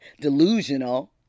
delusional